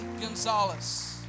Gonzalez